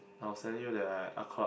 I was telling you that I art club